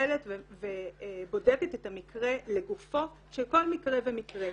פועלת ובודקת את המקרה לגופו של כל מקרה ומקרה.